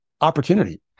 opportunity